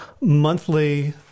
monthly